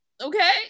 Okay